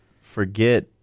Forget